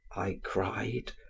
i cried.